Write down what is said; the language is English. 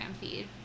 feed